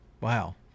Wow